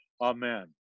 amen